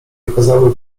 okazały